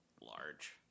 large